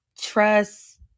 trust